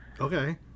Okay